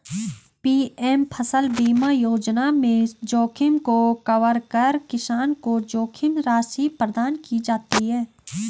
PM फसल बीमा योजना में जोखिम को कवर कर किसान को जोखिम राशि प्रदान की जाती है